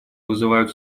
вызывают